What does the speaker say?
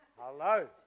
Hello